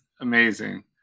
amazing